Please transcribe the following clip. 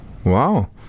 Wow